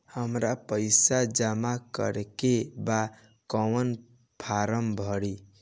हमरा पइसा जमा करेके बा कवन फारम भरी?